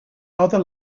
other